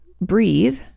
breathe